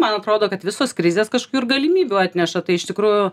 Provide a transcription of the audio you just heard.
man atrodo kad visos krizės kažkokių ir galimybių atneša tai iš tikrųjų